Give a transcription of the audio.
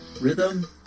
rhythm